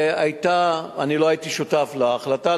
אני לא הייתי שותף להחלטה,